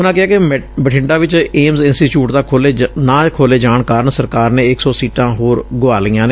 ਉਨ੍ਹਾਂ ਕਿਹਾ ਕਿ ਬਠਿੰਡਾ ਵਿਚ ਏਮਜ਼ ਇੰਸਟੀਚਿਊਟ ਦਾ ਖੋਲ੍ਨੇ ਜਾਣ ਕਾਰਨ ਸਰਕਾਰ ਨੇ ਇਕ ਸੌ ਸੀਟਾਂ ਹੋਰ ਗੁਆ ਲਈਆ ਨੇ